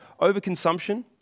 overconsumption